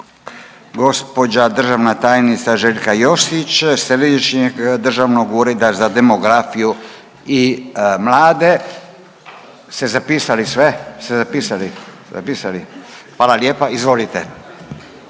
gospođa državna tajnica Željka Josić Središnjeg državnog ureda za demografiju i mlade. Ste zapisali sve? Ste zapisali? Hvala lijepa. Izvolite.